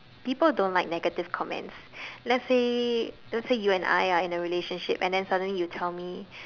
people don't like negative comments let's say let's say you and I are in a relationship and then suddenly you tell me